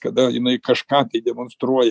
kada jinai kažką tai demonstruoja